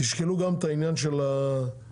תשקלו גם את העניין של ה-50%-70%,